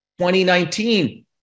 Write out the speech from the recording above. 2019